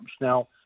Now